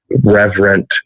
reverent